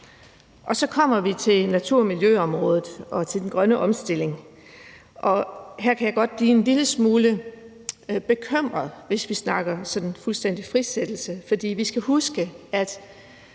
Så kommer vi til natur- og miljøområdet og til den grønne omstilling. Her kan jeg godt blive en lille smule bekymret, hvis vi snakker sådan fuldstændig frisættelse, for vi skal huske,